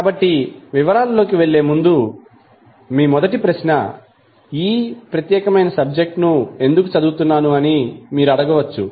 కాబట్టి వివరాలలోకి వెళ్ళే ముందు మీ మొదటి ప్రశ్న ఈ ప్రత్యేకమైన సబ్జెక్టు ఎందుకు చదువుతున్నాను అని మీరు అడగవచ్చు